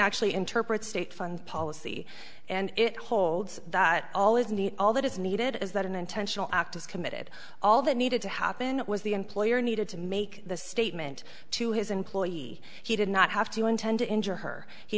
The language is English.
actually interpret state fund policy and it holds that all is need all that is needed is that an intentional act was committed all that needed to happen was the employer needed to make the statement to his employee he did not have to intend to injure her he